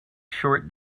short